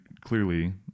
clearly